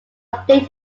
updated